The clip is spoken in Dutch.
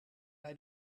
bij